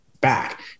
back